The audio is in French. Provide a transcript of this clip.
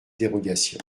dérogation